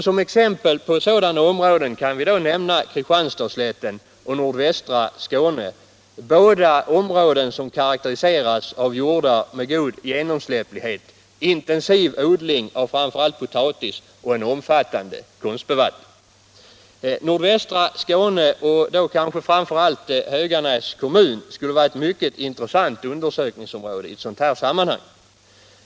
Som exempel på sådana områden kan vi nämna Kristianstadsslätten och nordvästra Skåne, båda områden som karakteriseras av jordar med god genomsläpplighet, intensiv odling av framför allt potatis och en omfattande konstbevattning. Nordvästra Skåne, och då kanske framför allt Höganäs kommun, skulle vara ett mycket intressant undersökningsområde i ett sådant här sammanhang.